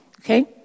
okay